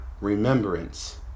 remembrance